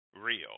real